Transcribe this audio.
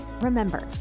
Remember